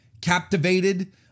captivated